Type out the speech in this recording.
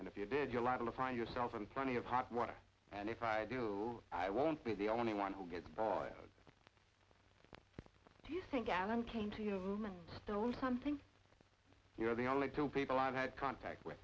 and if you did you lie to find yourself in front of hot water and if i do i won't be the only one who gets it do you think alan came to your room and told something you're the only two people i've had contact with